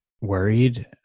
worried